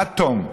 עד תום,